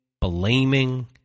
blaming